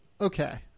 Okay